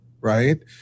right